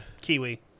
Kiwi